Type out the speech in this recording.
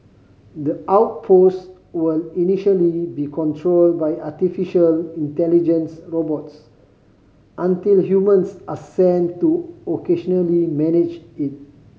the outpost will initially be controlled by artificial intelligence robots until humans are sent to occasionally manage it